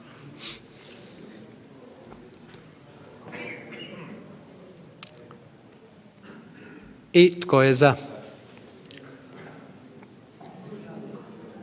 Tko je za?